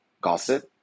Gossip